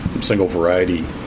single-variety